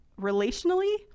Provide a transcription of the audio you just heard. relationally